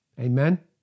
Amen